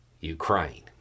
Ukraine